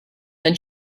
then